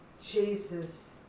Jesus